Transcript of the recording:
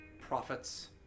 Prophets